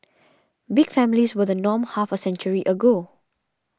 big families were the norm half a century ago